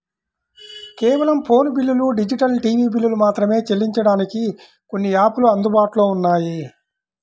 కేవలం ఫోను బిల్లులు, digital TV బిల్లులు మాత్రమే చెల్లించడానికి కొన్ని యాపులు అందుబాటులో ఉన్నాయి